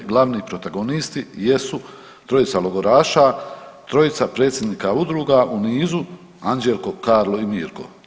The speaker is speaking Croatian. Glavi protagonisti jesu trojica logoraša, trojica predsjednika udruga u nizu, Anđelko, Karlo i Mirko.